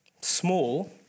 small